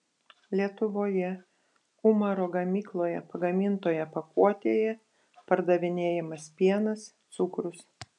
lietuvoje umaro gamykloje pagamintoje pakuotėje pardavinėjamas pienas cukrus